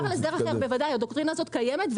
הדוקטרינה הזאת קיימת,